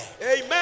amen